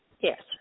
yes